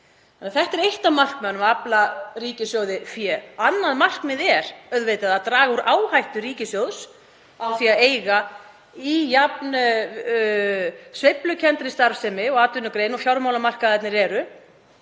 Þetta er eitt af markmiðunum, að afla ríkissjóði fé. Annað markmið er auðvitað að draga úr áhættu ríkissjóðs af því að eiga í jafn sveiflukenndri starfsemi og atvinnugrein og fjármálamarkaðirnir eru.